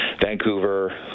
vancouver